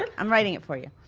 and i'm writing it for you.